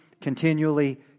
continually